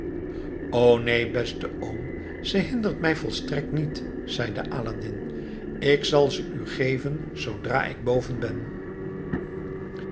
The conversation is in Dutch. neen beste oom ze hindert mij volstrekt niet zeide aladdin ik zal ze u geven zoodra ik boven ben